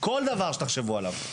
כל דבר שתחשבו עליו.